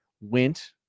went